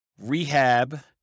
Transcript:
rehab